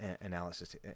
analysis